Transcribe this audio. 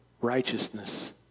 righteousness